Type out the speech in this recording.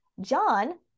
John